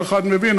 כל אחד מבין.